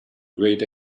great